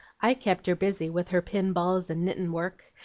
i kept her busy with her pin-balls and knittin'-work,